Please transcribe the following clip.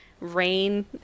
rain